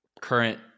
current